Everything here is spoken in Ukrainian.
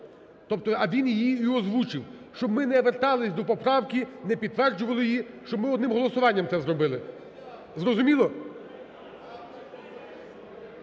а він її і озвучив. Щоб ми вертались до поправки, не підтверджували її, щоб ми одним голосуванням це зробили. Зрозуміло?